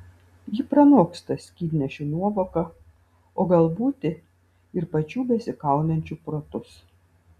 ji pranoksta skydnešių nuovoką o gal būti ir pačių besikaunančių protus